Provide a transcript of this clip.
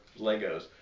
Legos